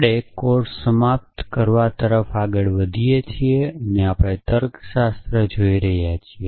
આપણે કોર્સ સમાપ્ત કરવા તરફ આગળ વધીએ છીયે અને આપણે તર્કશાસ્ત્ર જોઈ રહ્યા છીએ